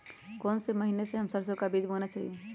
कौन से महीने में हम सरसो का बीज बोना चाहिए?